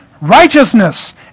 righteousness